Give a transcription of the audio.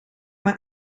mij